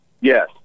Yes